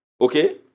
Okay